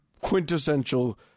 quintessential